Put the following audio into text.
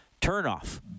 turnoff